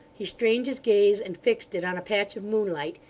he strained his gaze, and fixed it on a patch of moonlight,